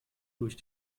durch